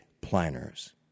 planners